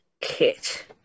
kit